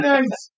Nice